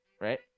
right